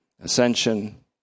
Ascension